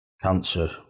Cancer